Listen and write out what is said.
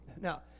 Now